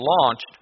launched